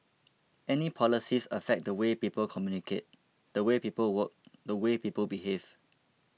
any policies affect the way people communicate the way people work the way people behave